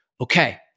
okay